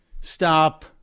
Stop